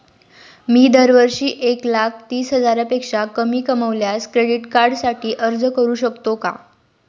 मी दरवर्षी एक लाख तीस हजारापेक्षा कमी कमावल्यास क्रेडिट कार्डसाठी अर्ज करू शकतो का?